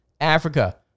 Africa